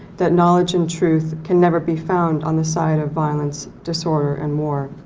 that knowledge and truth can never be found on the side of violence, disorder, and war.